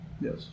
Yes